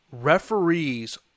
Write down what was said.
referees